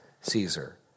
Caesar